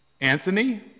Anthony